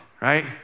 right